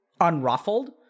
unruffled